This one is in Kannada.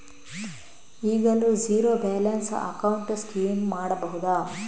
ಈಗಲೂ ಝೀರೋ ಬ್ಯಾಲೆನ್ಸ್ ಅಕೌಂಟ್ ಸ್ಕೀಮ್ ಮಾಡಬಹುದಾ?